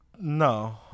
No